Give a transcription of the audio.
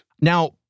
Now